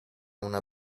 una